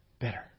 better